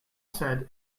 said